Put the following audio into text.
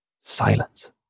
Silence